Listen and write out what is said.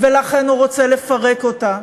ולכן הוא רוצה לפרק אותה.